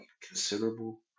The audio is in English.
considerable